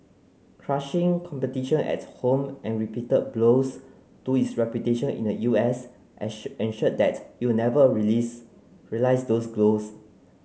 crushing competition at home and repeated blows to its reputation in the U S ensured that it never release realise those goals